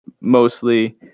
mostly